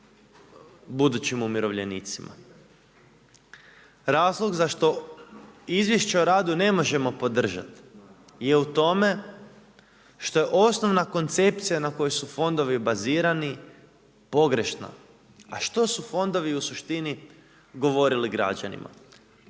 budućim umirovljenicima. Razlog za što Izvješće o radu ne možemo podržati je u tome što je osnovna koncepcija na koju su fondovi bazirani pogrešna. A što su fondovi u suštini govorili građanima?